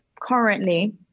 currently